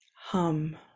Hum